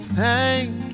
Thank